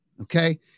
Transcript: Okay